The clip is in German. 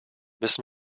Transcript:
müssen